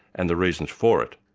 and the reasons for it.